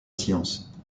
science